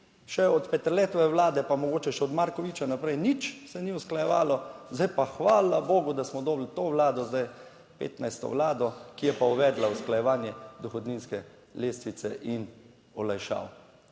še od Peterletove vlade, pa mogoče še od Markovića naprej, nič se ni usklajevalo, zdaj pa hvala bogu, da smo dobili to vlado zdaj, 15. vlado, ki je pa uvedla usklajevanje dohodninske lestvice in olajšav.